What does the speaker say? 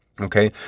Okay